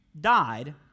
died